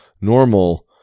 normal